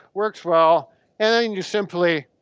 works well and then you simply